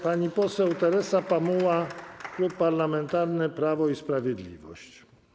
Pani poseł Teresa Pamuła, Klub Parlamentarny Prawo i Sprawiedliwość.